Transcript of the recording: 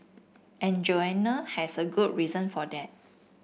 and Joanna has a good reason for that